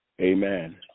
amen